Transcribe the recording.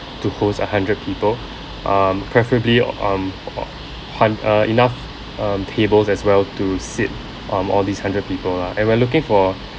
to host a hundred people um preferably oh um o～ hund~ uh enough um tables as well to sit um all these hundred people lah and we are looking for